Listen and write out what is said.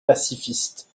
pacifiste